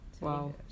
Wow